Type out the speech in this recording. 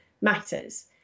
matters